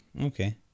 Okay